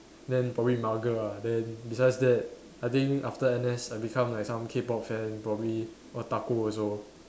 then probably mugger lah then besides that I think after N_S I become like some K-pop fan probably otaku also